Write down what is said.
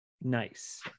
nice